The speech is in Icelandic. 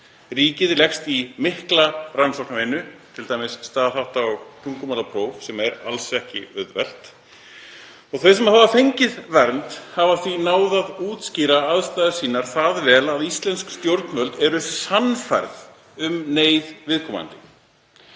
Ríkið leggst í mikla rannsóknarvinnu, t.d. staðhátta- og tungumálapróf sem er alls ekki auðvelt. Þau sem hafa fengið vernd hafa því náð að útskýra aðstæður sínar það vel að íslensk stjórnvöld eru sannfærð um neyð viðkomandi.